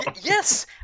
Yes